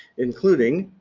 including